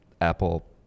Apple